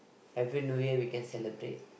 Happy New Year we can celebrate